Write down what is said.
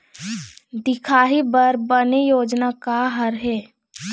दिखाही बर बने योजना का हर हे?